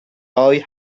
boy